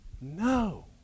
no